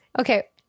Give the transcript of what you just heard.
Okay